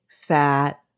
fat